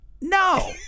No